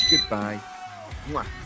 Goodbye